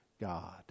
God